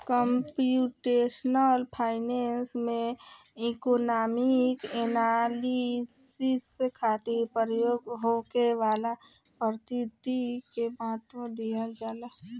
computational finance में economic analysis खातिर प्रयोग होखे वाला पद्धति के महत्व दीहल जाला